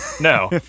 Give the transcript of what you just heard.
No